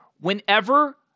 Whenever